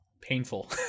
painful